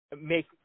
make